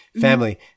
family